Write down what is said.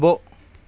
అబ్బో